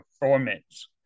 performance